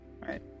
Right